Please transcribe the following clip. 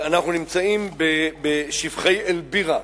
אנחנו נמצאים בשופכי אל-בירה,